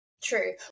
True